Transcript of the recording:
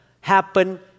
happen